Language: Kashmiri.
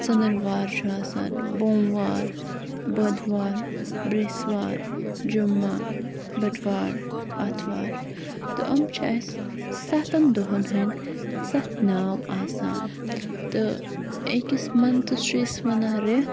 ژٕنٛدٕروار چھُ آسان بوموار بودٕوار برٛیسوار جُمعہ بٹوار آتھوار تہٕ یِم چھِ اَسہِ سَتَن دۄہَن ہٕنٛدۍ سَتھ ناو آسان تہٕ أکِس مَنتھَس چھُ أسۍ وَنان رٮ۪تھ